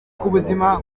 kubuzima